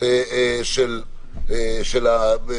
של הזרים ושל האזרחים.